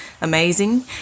amazing